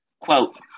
Quote